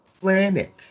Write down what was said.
planet